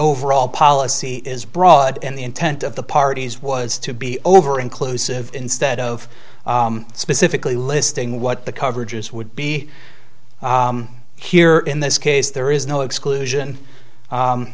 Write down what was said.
overall policy is broad and the intent of the parties was to be over inclusive instead of specifically listing what the coverages would be here in this case there is no exclusion